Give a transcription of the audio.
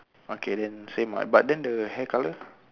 okay then same ah but then the hair colour